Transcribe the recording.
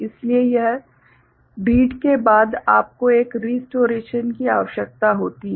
इसलिए हर रीड के बाद आपको एक रीस्टोरेशन की आवश्यकता होती है